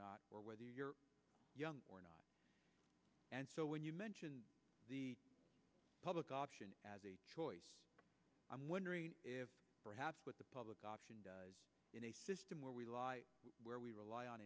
not or whether you're young or not and so when you mentioned the public option choice i'm wondering if perhaps what the public option does in a system where we live where we rely on